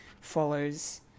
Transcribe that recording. follows